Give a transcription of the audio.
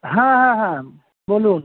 হ্যাঁ হ্যাঁ হ্যাঁ বলুন